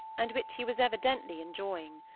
and which he was evidently enjoying.